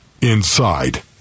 inside